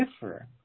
differ